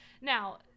now